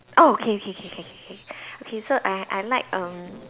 oh K K K K K okay so I I like um